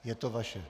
Je to vaše.